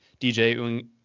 DJ